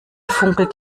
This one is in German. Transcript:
funkelt